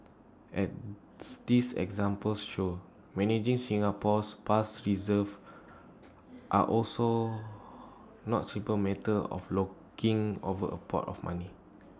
as these examples show managing Singapore's past reserve are also not simply matter of looking over A pot of money